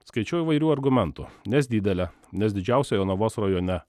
skaičiau įvairių argumentų nes didelė nes didžiausia jonavos rajone